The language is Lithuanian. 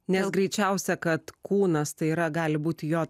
nes greičiausia kad kūnas tai yra gali būti jo